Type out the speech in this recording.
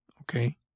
Okay